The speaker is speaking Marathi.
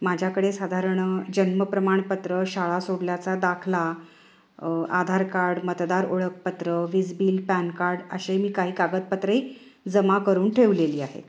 माझ्याकडे साधारण जन्म प्रमाणपत्र शाळा सोडल्याचा दाखला आधार कार्ड मतदार ओळखपत्र वीज बिल पॅन कार्ड असे मी काही कागदपत्रेही जमा करून ठेवलेली आहेत